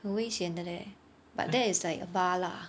很危险的 leh but that is like a bar lah